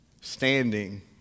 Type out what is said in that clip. standing